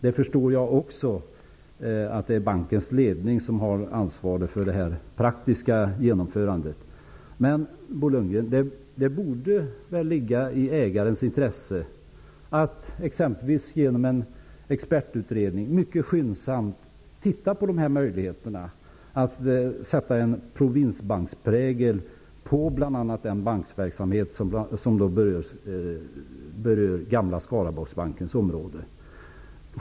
Jag förstår också att det är bankens ledning som har ansvaret för det praktiska genomförandet. Men, Bo Lundgren, det borde väl ligga i ägarens intresse att exempelvis genom en expertutredning mycket skyndsamt titta på möjligheterna att sätta en provinsbanksprägel på bl.a. den bankverksamhet som berör gamla Skaraborgsbankens område.